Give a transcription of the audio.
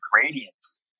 gradients